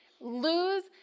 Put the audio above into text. lose